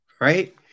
right